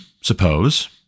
suppose